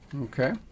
okay